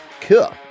Cool